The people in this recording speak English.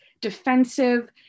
defensive